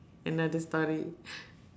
another story